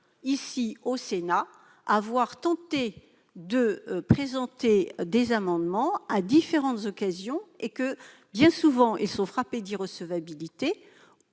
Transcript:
au Sénat, à avoir tenté de présenter de tels amendements à différentes occasions. Bien souvent, ils sont frappés d'irrecevabilité